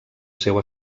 seu